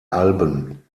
alben